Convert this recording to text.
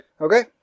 Okay